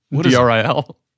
D-R-I-L